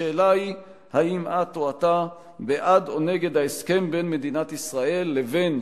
השאלה היא: האם את או אתה בעד או נגד ההסכם בין מדינת ישראל לבין,